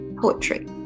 poetry